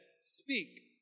Speak